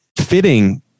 fitting